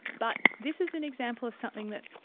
but this is an example of something that,